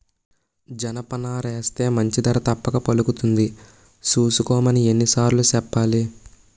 జనపనారేస్తే మంచి ధర తప్పక పలుకుతుంది సూసుకోమని ఎన్ని సార్లు సెప్పాలి?